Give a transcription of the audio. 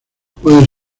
pueden